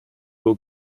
will